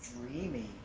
dreamy